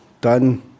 Dann